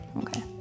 okay